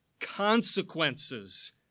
consequences